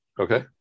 Okay